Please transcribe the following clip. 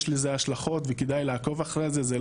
יש לזה השלכות וכדאי לעקוב אחרי זה,